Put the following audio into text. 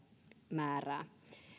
määrää